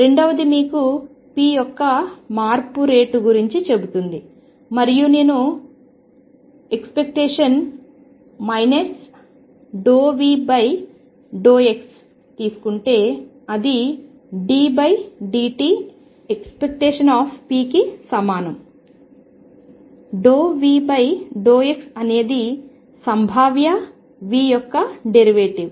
రెండవది మీకు p యొక్క మార్పు రేటు గురించి చెబుతుంది మరియు నేను ⟨ ∂V∂x⟩ తీసుకుంటే అది ddt ⟨p⟩ కి సమానము ∂V∂xఅనేది సంభావ్య V యొక్క డెరివేటివ్